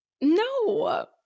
No